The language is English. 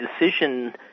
decision